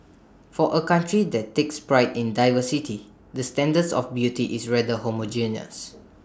for A country that takes pride in diversity the standards of beauty is rather homogeneous